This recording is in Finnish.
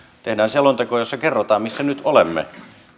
tehdään selonteko jossa kerrotaan missä nyt olemme